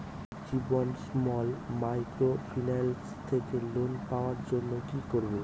Ujjivan small microfinance থেকে loan পাওয়ার জন্য কি করব?